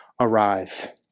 arrive